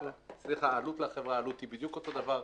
העלות לחברה היא בדיוק אותו דבר,